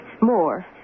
More